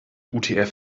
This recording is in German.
utf